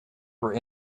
were